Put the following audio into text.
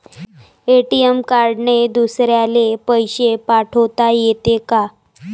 ATM कार्डने दुसऱ्याले पैसे पाठोता येते का?